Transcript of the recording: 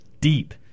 deep